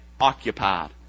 Occupied